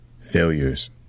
failures